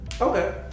okay